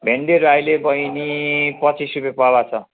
भिन्डीहरू अहिले बैनी पच्चिस रुपियाँ पावा छ